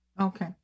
Okay